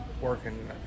working